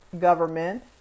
government